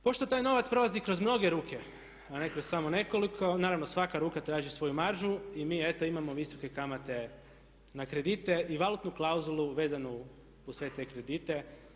Pošto taj novac prolazi kroz mnoge ruke a ne kroz samo nekoliko, naravno svaka ruka traži svoju maržu i mi eto imamo visoke kamate na kredite i valutnu klauzulu vezanu uz sve te kredite.